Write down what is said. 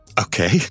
Okay